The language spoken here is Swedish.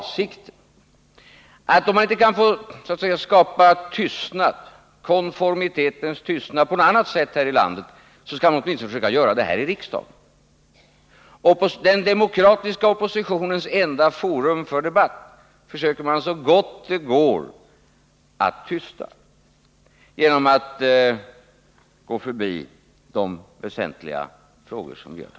Om man inte kan skapa en konformitetens tystnad på något annat sätt här i landet så kan man åtminstone försöka göra det här i riksdagen — det är tydligen avsikten. Den demokratiska oppositionens enda forum för debatt försöker man så gott det går att tysta genom att gå förbi de väsentliga frågor som tas upp.